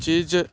चीज़